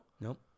nope